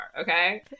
okay